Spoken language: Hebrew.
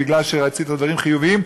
מכיוון שרצית דברים חיוביים,